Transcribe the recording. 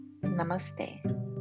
Namaste